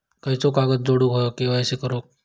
खयचो कागद जोडुक होयो के.वाय.सी करूक?